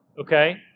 okay